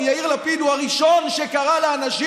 כי יאיר לפיד הוא הראשון שקרא לאנשים